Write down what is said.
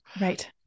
Right